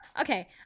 Okay